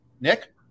nick